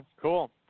cool